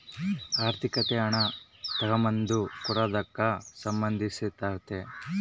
ಆರ್ಥಿಕತೆ ಹಣ ತಗಂಬದು ಕೊಡದಕ್ಕ ಸಂದಂಧಿಸಿರ್ತಾತೆ